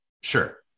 Sure